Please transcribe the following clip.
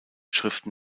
schriften